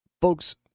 Folks